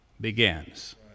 begins